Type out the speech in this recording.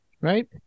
Right